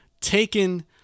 taken